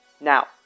Now